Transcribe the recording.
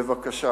בבקשה